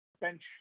bench